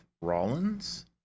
Rollins